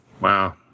Wow